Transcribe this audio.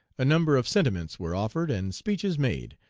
a number of sentiments were offered and speeches made,